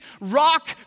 rock